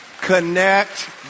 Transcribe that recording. Connect